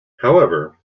however